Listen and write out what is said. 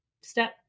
step